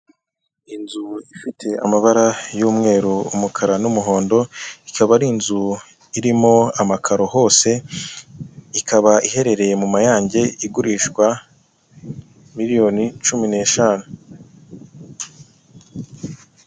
Inzu ifite amabara y'umweru, umukara n'umuhondo, ikaba ari inzu irimo amakaro hose, ikaba iherereye mu Mayanjye igurishwa miliyoni cumi n'eshanu.